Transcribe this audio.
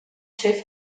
ser